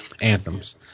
anthems